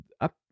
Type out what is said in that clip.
up